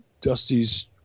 Dusty's